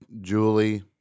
Julie